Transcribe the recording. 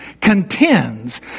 contends